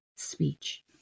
speech